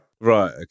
Right